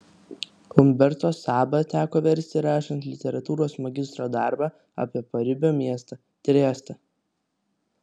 umberto sabą teko versti rašant literatūros magistro darbą apie paribio miestą triestą